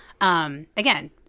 Again